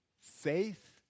Faith